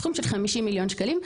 סכום של 50 מיליון שקלים.